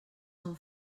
són